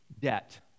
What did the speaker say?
debt